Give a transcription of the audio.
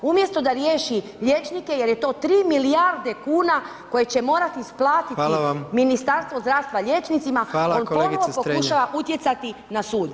Umjesto da riješi liječnike jer je to 3 milijarde kuna koje će morati isplatiti [[Upadica: Hvala vam.]] Ministarstva zdravstva liječnicima [[Upadica: Hvala kolegice Strenja.]] on ponovno pokušava utjecati na sud.